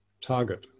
target